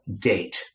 date